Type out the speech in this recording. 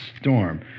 storm